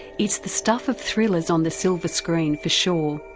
it's the stuff of thrillers on the silver screen, for sure.